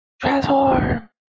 Transform